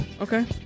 Okay